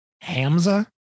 Hamza